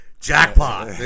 jackpot